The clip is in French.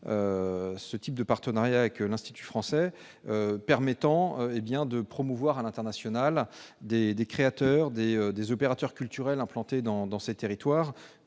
ce type avec l'Institut français, pour promouvoir à l'international des créateurs ou des opérateurs culturels implantés dans ces territoires